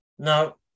Now